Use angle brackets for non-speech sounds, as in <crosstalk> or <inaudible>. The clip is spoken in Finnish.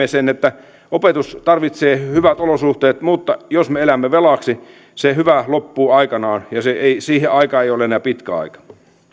<unintelligible> sen että opetus tarvitsee hyvät olosuhteet mutta jos me elämme velaksi se hyvä loppuu aikanaan ja siihen ei ole enää pitkä aika